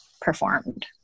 performed